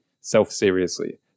self-seriously